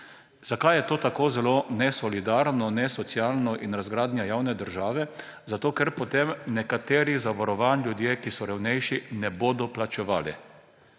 Zakaj je to tako zelo nesolidarno, nesocialno in razgradnja javne države? Zato ker potem nekateri ljudje, ki so revnejši, zavarovanj ne bodo plačevali.